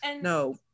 no